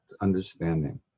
understanding